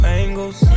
angles